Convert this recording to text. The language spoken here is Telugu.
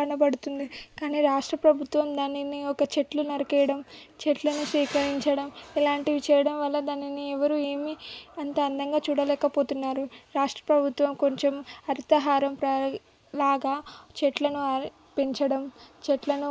కనబడుతుంది కానీ రాష్ట్ర ప్రభుత్వం దానిని ఒక చెట్లు నరికేయడం చెట్లను సేకరించడం ఇలాంటివి చేయడం వల్ల దానిని ఎవరు ఏమీ అంత అందంగా చూడలేకపోతున్నారు రాష్ట్ర ప్రభుత్వం కొంచెం హరితహారం ప్రా లాగా చెట్లను పెంచడం చెట్లను